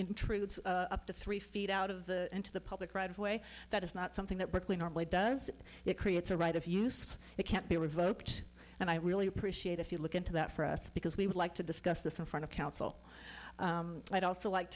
intrudes three feet out of the into the public right of way that is not something that berkeley normally does it creates a right of use it can't be revoked and i really appreciate if you look into that for us because we would like to discuss this in front of council also like